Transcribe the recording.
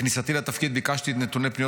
בכניסתי לתפקיד ביקשתי את נתוני פניות